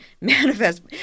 manifest –